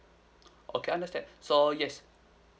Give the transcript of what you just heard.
okay understand so yes